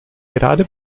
gerade